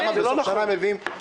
למה בסוף שנה מביאים --- זה לא נכון.